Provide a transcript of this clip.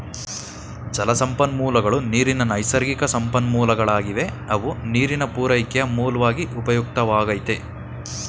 ಜಲಸಂಪನ್ಮೂಲಗಳು ನೀರಿನ ನೈಸರ್ಗಿಕಸಂಪನ್ಮೂಲಗಳಾಗಿವೆ ಅವು ನೀರಿನ ಪೂರೈಕೆಯ ಮೂಲ್ವಾಗಿ ಉಪಯುಕ್ತವಾಗೈತೆ